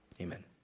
amen